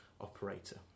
operator